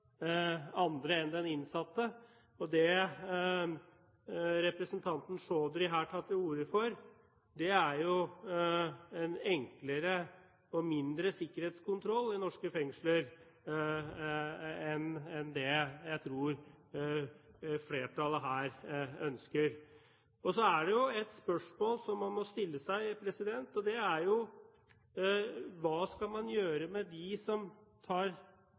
andre enn den innsatte. Det representanten Chaudhry her tar til orde for, er enklere og mindre sikkerhetskontroller i norske fengsler enn det jeg tror flertallet ønsker. Så er det et spørsmål som man må stille seg, og det er: Hva skal man gjøre med dem som tar